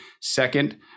Second